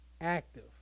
active